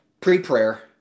pre-prayer